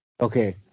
Okay